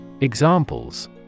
examples